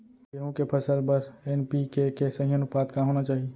गेहूँ के फसल बर एन.पी.के के सही अनुपात का होना चाही?